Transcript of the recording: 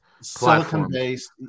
Silicon-based